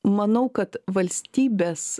manau kad valstybės